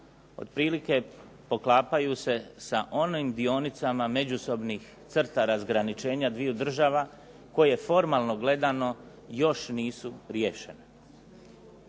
otprilike poklapaju se sa onim dionicama međusobnih crta razgraničenja dviju država, koje formalno gledano još nisu riješene.